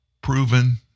proven